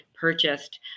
purchased